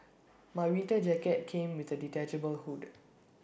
my winter jacket came with A detachable hood